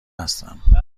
هستم